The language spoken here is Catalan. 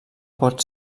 pot